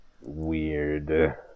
Weird